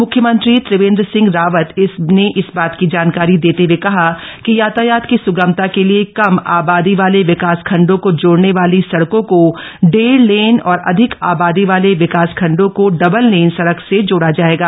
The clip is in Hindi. मुख्यमंत्री त्रिवेन्द सिंह रावत इस बात की जानकारी देते हए कहा कि यातायात की सुगमता के लिये कम आबादी वाले विकासखण्डों को जोड़ने वाली सड़कों को डेढ़ लेन और अधिक आबादी वाले विकासखण्डों को डबल लेन सड़क से जोड़ा जायेगा